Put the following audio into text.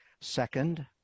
Second